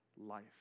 life